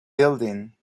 building